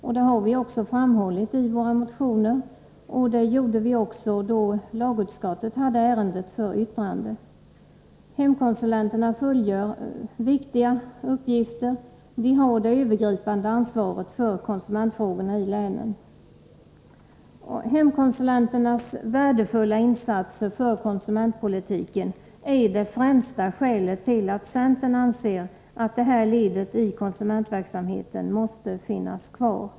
Detta har vi också framhållit i våra motioner, och det gjorde vi också då lagutskottet hade ärendet för yttrande. Hemkonsulenterna fullgör viktiga uppgifter. De har det övergripande ansvaret för konsumentfrågorna i länen. Hemkonsulenternas värdefulla insatser för konsumentpolitiken är det främsta skälet till att centern anser att det här ledet i konsumentverksamheten måste finnas kvar.